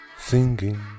Singing